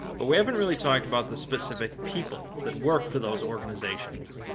but we haven't really talked about the specific people that work for those organizations.